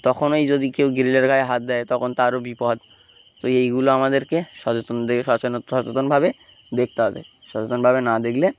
তখনই যদি কেউ গ্রিলের গায়ে হাত দেয় তখন তারও বিপদ তো এইগুলো আমাদেরকে সচেতন দিয়ে সচে সচেতনভাবে দেখতে হবে সচেতনভাবে না দেখলে